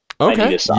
okay